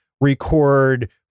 record